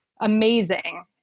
amazing